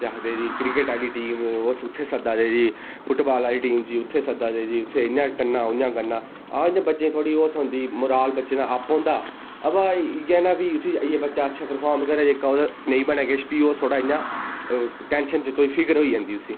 केह् आखदा जी क्रिकेट आह्ली टीम ओह् उत्थै सद्दै दे जी भाई फुटबाल आह्ली टीम जी उत्थै सद्दै दे जी उत्थै इ'यां करना उन्ना करना हा इ'यां बच्चे गी थोह्ड़ा थ्होंदा मराल बच्चें दा अप होंदा अवा इ'यै हे ना फ्ही उत्थै जाइयै बच्चा अच्छा परफारमैंस करै अगर उत्थै नेईं बने किश फिर थोह्डा इ'यां टेंशन च फिक्र होई जंदी उसी